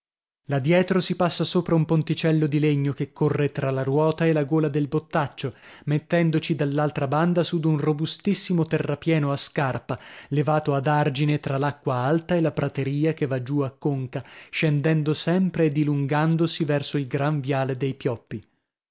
là dietro si passa sopra un ponticello di legno che corre tra la ruota e la gola del bottaccio mettendoci dall'altra banda su d'un robustissimo terrapieno a scarpa levato ad argine tra l'acqua alta e la prateria che va giù a conca scendendo sempre e dilungandosi verso il gran viale dei pioppi